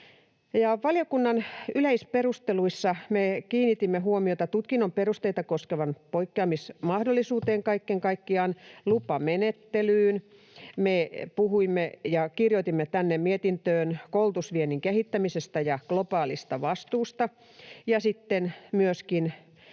Valiokunnan yleisperusteluissa me kiinnitimme huomiota tutkinnon perusteita koskevaan poikkeamismahdollisuuteen kaiken kaikkiaan, lupamenettelyyn, me puhuimme ja kirjoitimme tänne mietintöön koulutusviennin kehittämisestä ja globaalista vastuusta